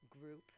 group